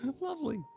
Lovely